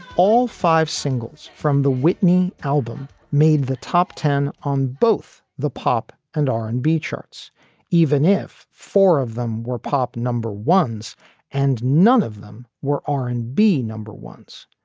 all five singles from the whitney album made the top ten on both the pop and r and b charts even if four of them were pop number ones and none of them were r and b number ones,